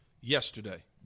yesterday